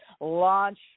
launch